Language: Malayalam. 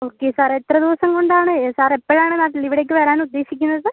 ഓക്കെ സാർ എത്ര ദിവസം കൊണ്ട് ആണ് സാർ എപ്പഴാണ് നാട്ടില് ഇവിടേക്ക് വരാൻ ഉദ്ദേശിക്കുന്നത്